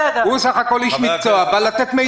הוא בסך הכול איש מקצוע שבא לתת מידע.